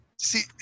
See